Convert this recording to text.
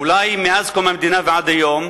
אולי מאז קום המדינה ועד היום,